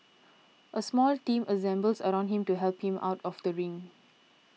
a small team assembles around him to help him out of the ring